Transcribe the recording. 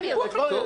בלי המילה